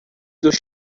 dos